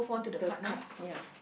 the card ya